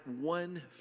one